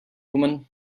woman